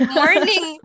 morning